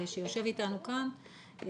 שיושב איתנו כאן,